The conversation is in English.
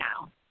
now